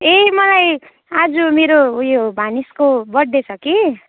ए मलाई आज मेरो उयो भानिजको बर्थ डे छ कि